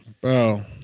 Bro